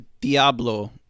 diablo